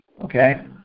Okay